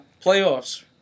playoffs